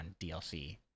DLC